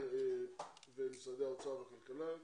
האוצר והכלכלה,